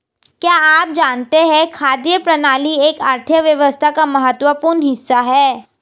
क्या आप जानते है खाद्य प्रणाली एक अर्थव्यवस्था का महत्वपूर्ण हिस्सा है?